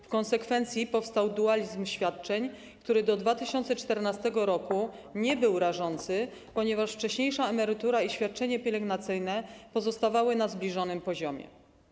W konsekwencji powstał dualizm świadczeń, który do 2014 r. nie był rażący, ponieważ wcześniejsza emerytura i świadczenie pielęgnacyjne pozostawały na zbliżonym poziomie.